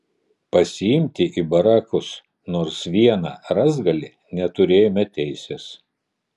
pasiimti į barakus nors vieną rąstgalį neturėjome teisės